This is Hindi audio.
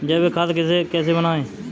जैविक खाद कैसे बनाएँ?